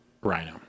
rhino